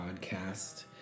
podcast